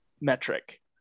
metric